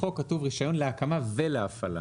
בחוק כתוב רישיון להקמה ולהפעלה.